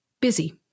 busy